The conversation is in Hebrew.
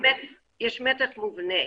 יש מתח מובנה